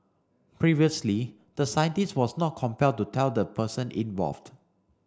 previously the scientist was not compelled to tell the person involved